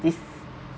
this